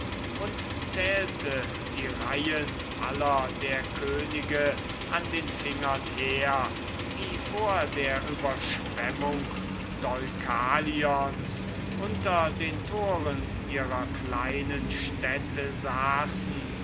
und zählte die successionen aller der könige an den fingern her die vor der überschwemmung deukalions unter den toren ihrer kleinen städte saßen